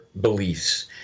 beliefs